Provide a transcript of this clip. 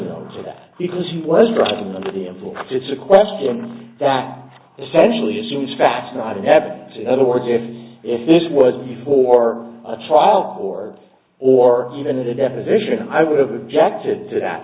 known for that because he was driving under the influence it's a question that essentially assumes facts not and have other words if if this was before a trial or or even a deposition i would have objected to that